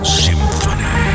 symphony